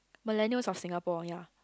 millennials of Singapore ya